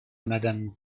madame